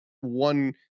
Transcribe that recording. one